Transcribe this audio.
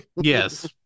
Yes